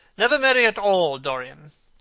never marry at all, dorian.